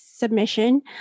submission